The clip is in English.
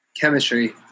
Chemistry